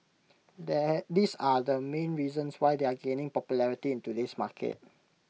they these are the main reasons why they are gaining popularity in today's market